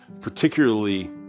particularly